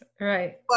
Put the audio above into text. right